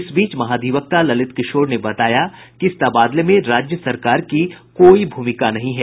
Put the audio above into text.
इस बीच महाधिवक्ता ललित किशोर ने बताया कि इस तबादले में राज्य सरकार की कोई भूमिका नहीं है